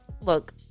look